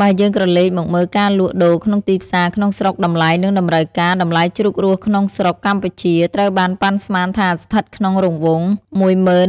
បើយើងក្រលេកមកមើលការលក់ដូរក្នុងទីផ្សារក្នុងស្រុកតម្លៃ និងតម្រូវការ តម្លៃជ្រូករស់ក្នុងស្រុកកម្ពុជាត្រូវបានប៉ាន់ស្មានថាស្ថិតក្នុងរង្វង់ ១៦,៥០០ រៀ